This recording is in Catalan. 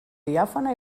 diàfana